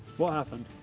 what happened.